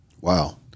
Wow